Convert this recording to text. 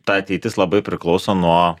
ta ateitis labai priklauso nuo